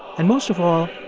and most of all,